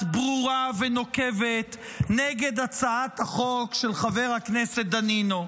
ברורה ונוקבת נגד הצעת החוק של חבר הכנסת דנינו.